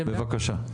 בבקשה.